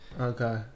Okay